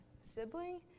sibling